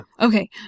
okay